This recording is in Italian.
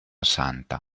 santa